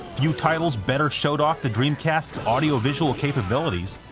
few titles better showed off the dreamcast's audio visual capabilities,